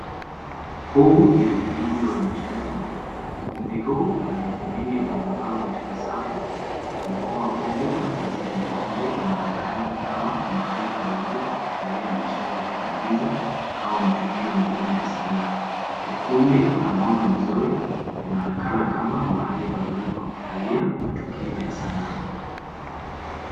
Huu ni ukumbi wa michezo. Ukumbi huu una viti vingi vilivyopangwa katika safu. Jukwaa kubwa na pazia nyekundu inaonekana kama mahali pazuri pa kufurahia michezo ya kuigiza, au matukio mengine ya sanaa. Ukumbi una mwanga mzuri na inaonekana kama mahali pazuri pa kufurahia matokeo ya sanaa.